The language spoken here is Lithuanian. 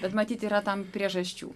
bet matyt yra tam priežasčių